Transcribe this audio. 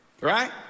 Right